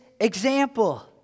example